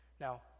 Now